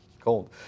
cold